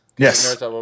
Yes